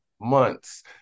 months